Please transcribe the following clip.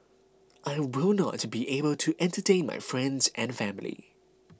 I will not be able to entertain my friends and family